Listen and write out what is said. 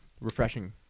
Refreshing